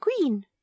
queen